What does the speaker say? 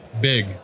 big